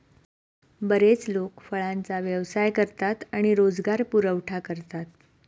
बरेच लोक फळांचा व्यवसाय करतात आणि रोजगार पुरवठा करतात